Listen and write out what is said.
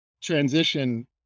transition